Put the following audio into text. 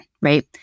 Right